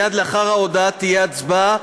מייד לאחר ההודעה תהיה הצבעה.